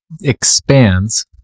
expands